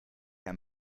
herr